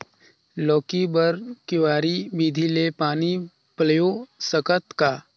लौकी बर क्यारी विधि ले पानी पलोय सकत का?